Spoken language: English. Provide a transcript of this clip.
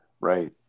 Right